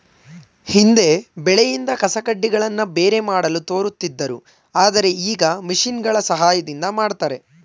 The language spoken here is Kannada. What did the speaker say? ಹಿಂದೆ ಬೆಳೆಯಿಂದ ಕಸಕಡ್ಡಿಗಳನ್ನು ಬೇರೆ ಮಾಡಲು ತೋರುತ್ತಿದ್ದರು ಆದರೆ ಈಗ ಮಿಷಿನ್ಗಳ ಸಹಾಯದಿಂದ ಮಾಡ್ತರೆ